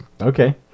Okay